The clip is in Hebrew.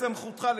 פתאום כואב לכם.